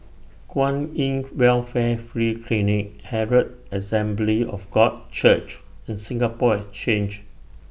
Kwan in Welfare Free Clinic Herald Assembly of God Church and Singapore Exchange